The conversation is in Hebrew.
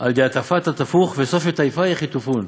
"על דאטפת אטפוך, וסוף מטייפייך יטופון.